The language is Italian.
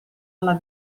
alla